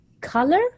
color